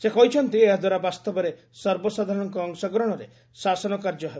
ସେ କହିଛନ୍ତି ଏହାଦ୍ୱାରା ବାସ୍ତବରେ ସର୍ବସାଧାରଣଙ୍କ ଅଂଶଗ୍ରହଣରେ ଶାସନ କାର୍ଯ୍ୟ ହେବ